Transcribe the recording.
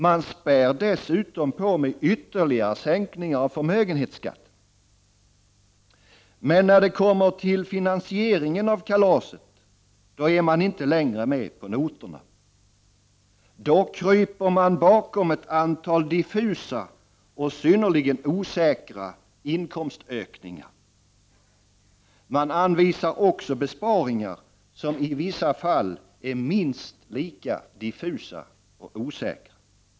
Man spär dessutom på med ytterligare sänkningar av förmögenhetsskatten. Men när det kommer till finansiering av kalaset är man inte längre med på noterna. Då kryper man bakom ett antal diffusa och synnerligen osäkra inkomstökningar. Man anvisar också besparingar, som i vissa fall är minst lika diffusa och osäkra.